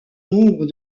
nombre